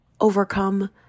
overcome